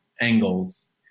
angles